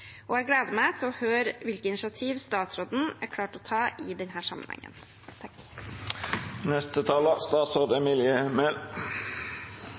Jeg gleder meg til å høre hvilke initiativer statsråden er klar til å ta i denne sammenhengen.